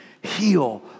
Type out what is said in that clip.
Heal